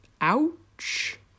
Ouch